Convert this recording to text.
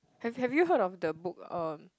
have have you heard of the book uh